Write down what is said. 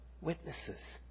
witnesses